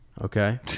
Okay